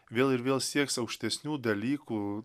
vėl ir vėl sieks aukštesnių dalykų